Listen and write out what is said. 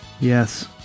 Yes